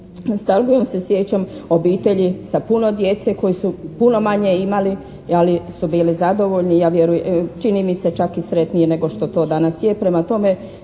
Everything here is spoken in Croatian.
nostalgijom se sjećam obitelji sa puno djece koji su puno manje imali, ali su bili zadovoljni i čini mi se čak i sretniji nego što to danas je.